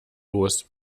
los